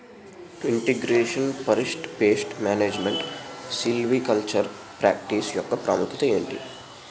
integration forest pest management silvicultural practice యెక్క ప్రాముఖ్యత ఏంటి